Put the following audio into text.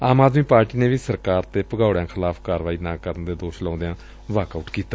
ਆਮ Aadmi Party ਨੇ ਵੀ ਸਰਕਾਰ ਤੇ ਭਗੌਤਿਆਂ ਖਿਲਾਫ਼ ਕਾਰਵਾਈ ਨਾ ਕਰਨ ਦਾ ਦੋਸ਼ ਲਾਉਂਦਿਆਂ ਵਾਕ ਆਉਟ ਕੀਤਾ